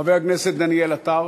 חבר הכנסת דניאל עטר.